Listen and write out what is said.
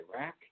Iraq